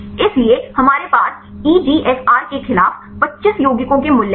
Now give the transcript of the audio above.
इसलिए हमारे पास ईजीएफआर के खिलाफ 25 यौगिकों के मूल्य हैं